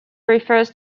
refers